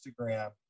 instagram